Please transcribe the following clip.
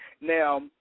now